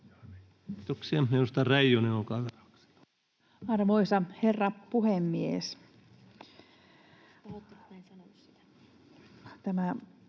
Arvoisa herra puhemies!